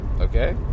Okay